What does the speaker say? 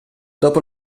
dopo